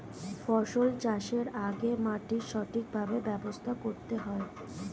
ফসল চাষের আগে মাটির সঠিকভাবে ব্যবস্থা করতে হয়